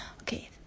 Okay